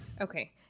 Okay